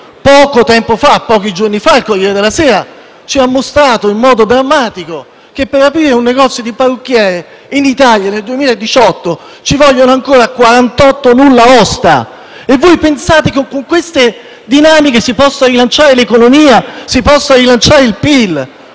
lo Stato. Pochi giorni fa il «Corriere della Sera» ci ha mostrato in modo drammatico che per aprire una parruccheria in Italia nel 2018 ci vogliono ancora 48 nullaosta. Voi pensate che con queste dinamiche si possano rilanciare l'economia e il PIL?